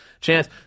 chance